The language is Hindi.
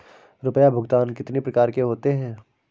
रुपया भुगतान कितनी प्रकार के होते हैं?